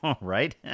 Right